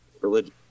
religion